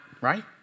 right